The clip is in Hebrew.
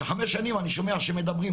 שחמש שנים אני שומע שמדברים.